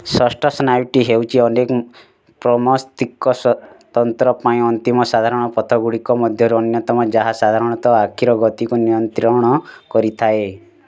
ଷଷ୍ଠ ସ୍ନାୟୁଟି ହେଉଚି ଅନେକ ପ୍ରମସ୍ତିଷ୍କ ତନ୍ତ୍ର ପାଇଁ ଅନ୍ତିମ ସାଧାରଣ ପଥଗୁଡ଼ିକ ମଧ୍ୟରୁ ଅନ୍ୟତମ ଯାହା ସାଧାରଣତଃ ଆଖିର ଗତିକୁ ନିୟନ୍ତ୍ରଣ କରିଥାଏ